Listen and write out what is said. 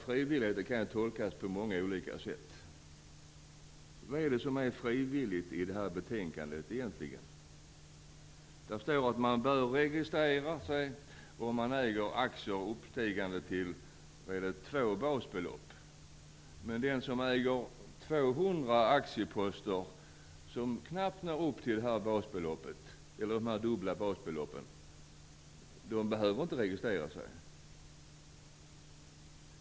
Frivillighet kan tolkas på många olika sätt. Vad är frivilligt i det här betänkandet egentligen? I betänkandet står det att man bör registrera sig om man äger aktier till ett värde av 2 basbelopp. Men den som äger 200 aktieposter som knappt når upp till det dubbla basbeloppet behöver inte registrera sig.